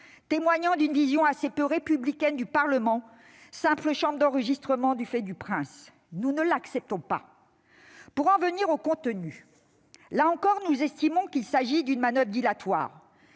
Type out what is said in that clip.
témoignant d'une vision assez peu républicaine du Parlement, devenu une simple chambre d'enregistrement du fait du prince. Nous ne l'acceptons pas ! Pour en venir au contenu du texte, nous estimons qu'il s'agit d'une manoeuvre dilatoire.